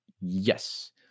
Yes